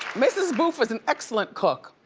mrs. boof is an excellent cook.